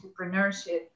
entrepreneurship